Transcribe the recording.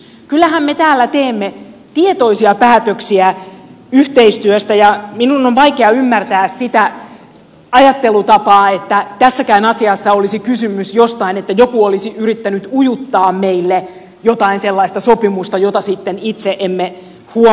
kyllähän me täällä teemme tietoisia päätöksiä yhteistyöstä ja minun on vaikea ymmärtää sitä ajattelutapaa että tässäkään asiassa olisi kysymys jostain että joku olisi yrittänyt ujuttaa meille jotain sellaista sopimusta jota sitten itse emme huomaisi